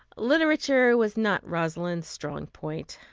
literature was not rosalind's strong point,